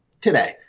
today